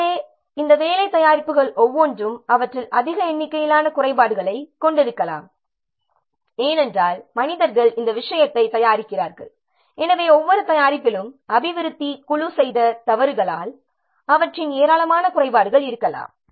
எனவே இந்த வேலை தயாரிப்புகள் ஒவ்வொன்றும் அவற்றில் அதிக எண்ணிக்கையிலான குறைபாடுகளைக் கொண்டிருக்கலாம் ஏனென்றால் மனிதர்கள் இந்த விஷயத்தைத் தயாரிக்கிறார்கள் எனவே ஒவ்வொரு தயாரிப்பிலும் அபிவிருத்தி குழு செய்த தவறுகளால் அவற்றில் ஏராளமான குறைபாடுகள் இருக்கலாம்